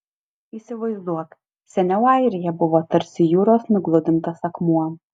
įsivaizduok seniau airija buvo tarsi jūros nugludintas akmuo